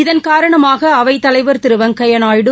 இதன் காரணமாக அவைத் தலைவர் திரு வெங்கையா நாயுடு